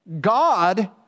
God